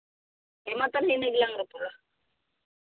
ᱦᱮᱸ ᱢᱟ ᱛᱟᱦᱞᱮ ᱤᱱᱟᱹ ᱜᱮᱞᱟᱝ ᱨᱚᱯᱚᱲᱟ